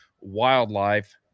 wildlife